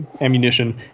ammunition